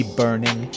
burning